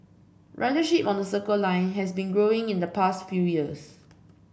ridership on the Circle Line has been growing in the past few years